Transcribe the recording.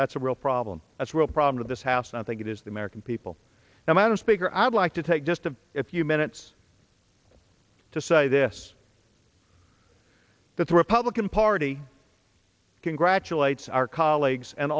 that's a real problem that's a real problem with this house and i think it is the american people now madam speaker i'd like to take just a few minutes to say this that the republican party congratulates our colleagues and